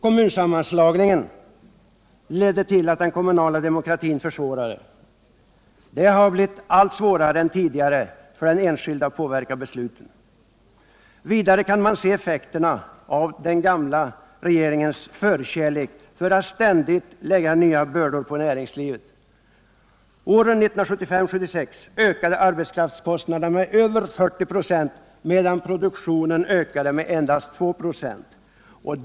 Kommunsammanslagningen ledde till att den kommunala demokratin försvårades. Det har blivit allt svårare för den enskilde att påverka besluten. Vidare kan man se effekterna av den gamla regeringens förkärlek för att ständigt lägga nya bördor på näringslivet. Åren 1975-1976 ökade arbetskraftskostnaderna med över 40 ?6 medan produktionen endast ökade med 2 ?6.